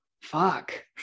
fuck